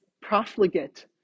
profligate